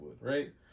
right